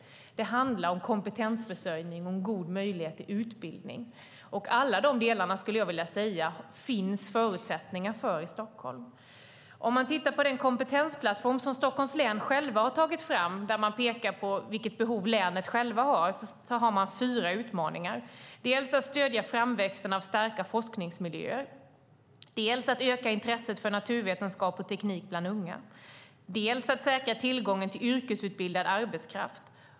Det handlar om kompetensförsörjning och en god möjlighet till utbildning. Jag skulle vilja säga att det finns förutsättningar för alla de delarna i Stockholm. Vi kan titta på den kompetensplattform som Stockholms län själv har tagit fram där man pekar på vilket behov länet har. Man har fyra utmaningar. Det handlar om att stödja framväxten av starka forskningsmiljöer. Det handlar om att öka intresset för naturvetenskap och teknik bland unga. Det handlar om att säkra tillgången till yrkesutbildad arbetskraft.